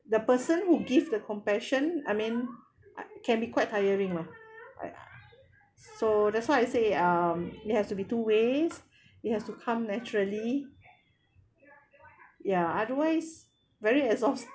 the person who give the compassion I mean can be quite tiring lah !aiya! so that's why I say um you have to be two ways you have to come naturally ya otherwise very exhaust